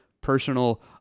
personal